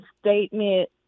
statement